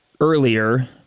earlier